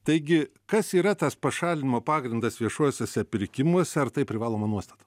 taigi kas yra tas pašalinimo pagrindas viešuosiuose pirkimuose ar tai privaloma nuostata